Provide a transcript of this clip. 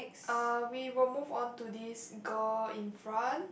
uh we will move on to this girl in front